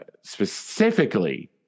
specifically